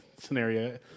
scenario